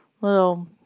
little